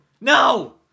No